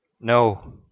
No